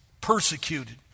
persecuted